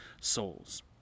souls